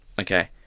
Okay